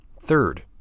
Third